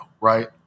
right